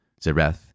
Zereth